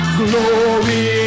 glory